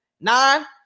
Nine